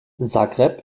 zagreb